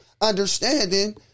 understanding